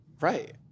Right